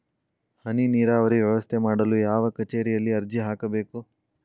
ಹನಿ ನೇರಾವರಿ ವ್ಯವಸ್ಥೆ ಮಾಡಲು ಯಾವ ಕಚೇರಿಯಲ್ಲಿ ಅರ್ಜಿ ಹಾಕಬೇಕು?